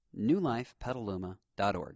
newlifepetaluma.org